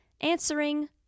answering